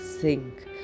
sink